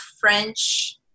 French